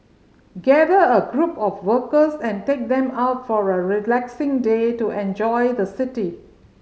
gather a group of workers and take them out for a relaxing day to enjoy the city